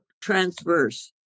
transverse